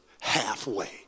halfway